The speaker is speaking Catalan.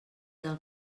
del